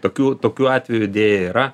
tokių tokių atvejų deja yra